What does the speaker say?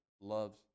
loves